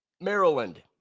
Maryland